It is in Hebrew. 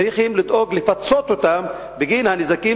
צריכים לדאוג לפצות אותם בגין הנזקים